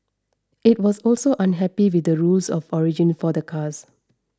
it was also unhappy with the rules of origin for cars